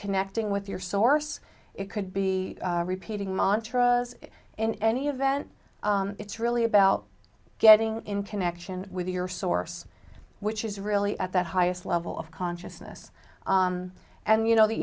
connecting with your source it could be repeating montra in any event it's really about getting in connection with your source which is really at that highest level of consciousness and you know the